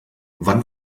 wann